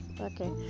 Okay